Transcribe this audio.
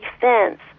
defense